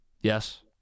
Yes